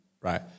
right